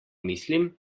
mislim